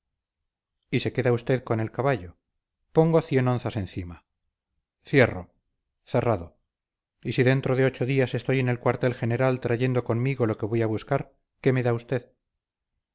y se queda usted con el caballo pongo cien onzas encima cierro cerrado y si dentro de ocho días estoy en el cuartel general trayendo conmigo lo que voy a buscar qué me da usted